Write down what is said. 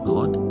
God